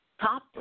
top